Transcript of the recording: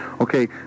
Okay